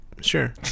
sure